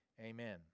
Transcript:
Amen